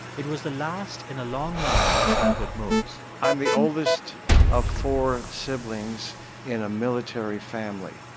it was the last in a long line of childhood moves i'm the oldest of four siblings in a military family.